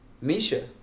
misha